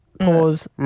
Pause